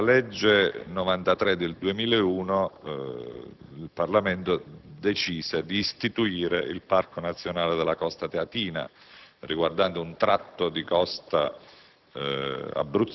Con la legge n. 93 del 2001 il Parlamento decise di istituire il Parco nazionale della Costa teatina che insiste su un tratto di costa